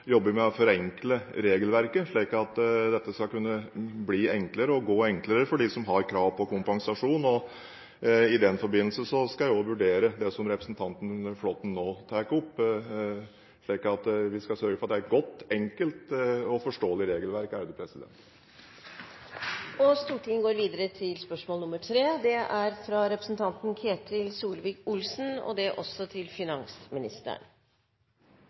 jobber vi med å forenkle regelverket, slik at dette skal bli enklere for dem som har krav på kompensasjon. I den forbindelse skal jeg også vurdere det som representanten Flåtten nå tar opp. Vi skal sørge for at det blir et godt, enkelt og forståelig regelverk. «Banklovkommisjonen fremla nylig forslag til endringer i pensjonssystemet. Bakgrunnen er underdekning i livselskapenes ytelsesordninger grunnet økt forventet levetid og